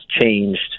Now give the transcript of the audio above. changed